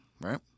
right